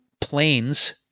planes